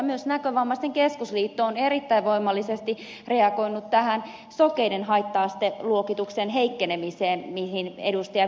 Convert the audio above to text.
myös näkövammaisten keskusliitto on erittäin voimallisesti reagoinut tähän sokeiden haitta asteluokituk sen heikkenemiseen mihin edustaja viittasi edellä